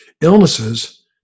illnesses